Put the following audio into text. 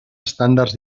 estàndards